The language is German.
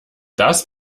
das